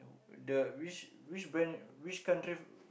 the which which brand which country